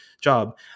job